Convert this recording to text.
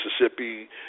Mississippi